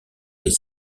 les